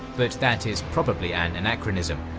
but that is probably an anachronism.